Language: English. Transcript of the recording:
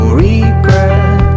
regret